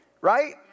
Right